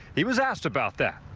he was asked about that.